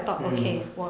mm